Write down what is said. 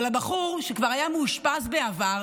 אבל הבחור, שכבר היה מאושפז בעבר